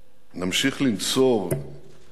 נמשיך לנצור את